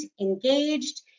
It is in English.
engaged